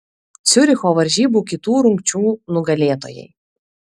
ciuricho varžybų kitų rungčių nugalėtojai